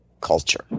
Culture